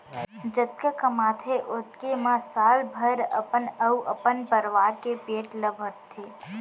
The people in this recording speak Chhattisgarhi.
जतका कमाथे ओतके म साल भर अपन अउ अपन परवार के पेट ल भरथे